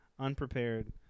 unprepared